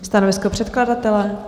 Stanovisko předkladatele?